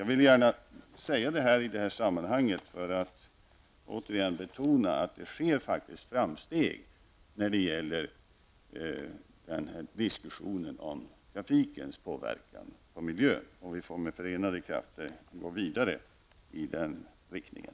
Jag vill gärna säga detta i det här sammahanget för att återigen betona att det faktiskt sker framsteg när det gäller diskussionen om trafikens påverkan på miljön. Vi får med förenade krafter gå vidare i den riktningen.